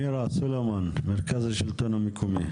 מירה סלומון, מרכז השלטון המקומי.